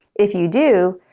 if you do,